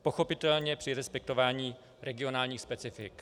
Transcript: Pochopitelně při respektování regionálních specifik.